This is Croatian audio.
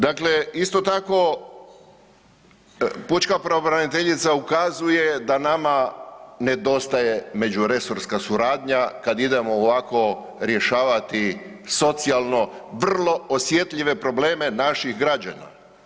Dakle, isto tako pučka pravobraniteljica ukazuje da nama nedostaje međuresorska suradnja kad idemo ovako rješavati socijalno vrlo osjetljive probleme naših građana.